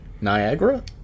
Niagara